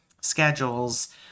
schedules